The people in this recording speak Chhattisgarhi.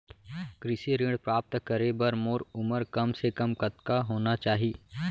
कृषि ऋण प्राप्त करे बर मोर उमर कम से कम कतका होना चाहि?